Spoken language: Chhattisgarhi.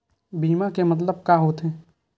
बीमा के मतलब का होथे?